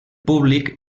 públic